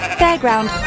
fairground